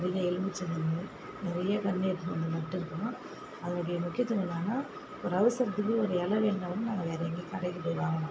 நிறைய எலும்மிச்சங்கன்னு நிறைய கன்று எடுத்துகிட்டு வந்து நட்டுருக்கோம் அதோடைய முக்கியத்துவம் என்னென்னா ஒரு அவசரத்துக்கு ஒரு இலை வேணுன்னாங்கூட நாங்கள் வேறு எங்கேயும் கடைக்குப் போய் வாங்க மாட்டோம்